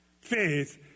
faith